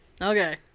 okay